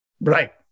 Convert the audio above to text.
Right